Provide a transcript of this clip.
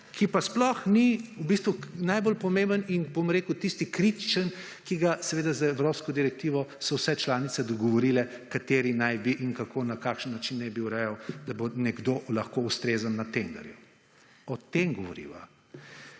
ki pa sploh ni v bistvu najbolj pomemben in, bom rekel, tisti kritičen, ki ga seveda z evropsko direktivo so vse članice dogovorile kateri naj bi in kako na kakšen način naj bi urejal, da bo nekdo lahko ustrezen na tenderju. O tem govoriva.